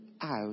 out